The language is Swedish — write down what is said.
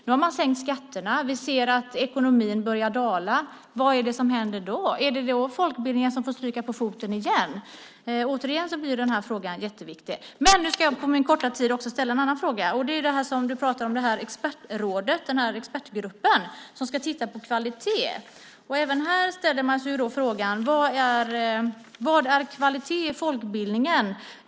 Nu har man sänkt skatterna. Ekonomin börjar dala. Vad händer då? Är det då folkbildningen som får stryka på foten igen? Återigen blir denna fråga jätteviktig. Jag ska på min korta tid också ställa en annan fråga. Du pratar om den expertgrupp som ska titta på kvalitet. Även här ställer man sig frågan: Vad är kvalitet i folkbildningen?